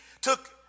took